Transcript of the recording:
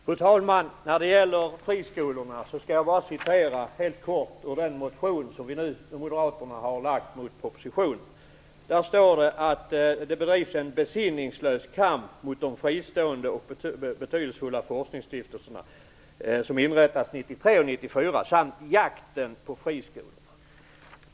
Fru talman! När det gäller friskolorna skall jag återge kort vad som står i en motion från moderaterna. Där står det att det bedrivs en besinningslös kamp mot de fristående och betydelsefulla forskningsstiftelser som inrättades 1993 och 1994 samt en jakt på friskolorna.